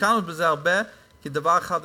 השקענו בזה הרבה, כי דבר אחד עשיתי: